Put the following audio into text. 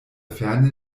ferne